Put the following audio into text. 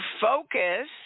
focus